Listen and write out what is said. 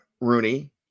Rooney